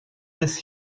bis